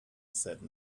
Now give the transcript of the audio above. said